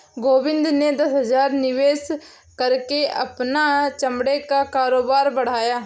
गोविंद ने दस हजार निवेश करके अपना चमड़े का कारोबार बढ़ाया